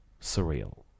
surreal